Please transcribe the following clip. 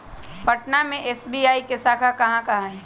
पटना में एस.बी.आई के शाखा कहाँ कहाँ हई